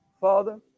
Father